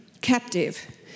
Captive